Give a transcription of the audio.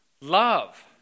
Love